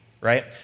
right